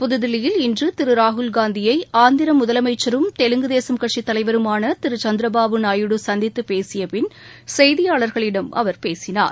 புதுதில்லியில் இன்று திரு ராகுல்காந்தியை ஆந்திர முதலமைச்சரும் தெலுங்கு தேசம் கட்சித் தலைவருமான திரு சந்திரபாபு நாயுடு சந்தித்து பேசிய பின் செய்தியாளர்களிடம் அவர் பேசினார்